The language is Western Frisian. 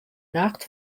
nacht